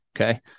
okay